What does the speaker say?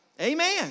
Amen